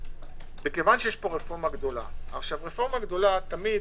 שמכיוון שש פה רפורמה גדולה וכל רפורמה גדולה תיבחן